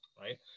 right